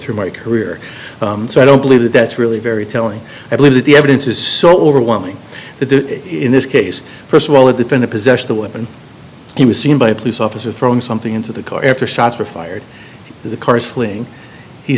through my career so i don't believe that that's really very telling i believe that the evidence is so overwhelming that in this case st of all if in the possession the weapon he was seen by a police officer throwing something into the car after shots were fired the car is fleeing the